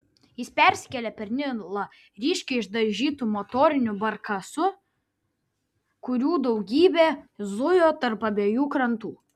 jis persikėlė per nilą ryškiai išdažytu motoriniu barkasu kurių daugybė zujo tarp abiejų krantų